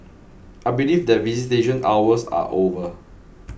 I believe that visitation hours are over